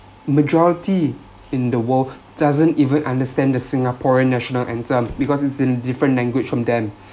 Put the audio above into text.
majority in the world doesn't even understand the singaporean national anthem because it's in different language from them